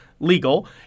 legal